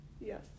Yes